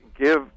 give